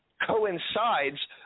Coincides